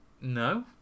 No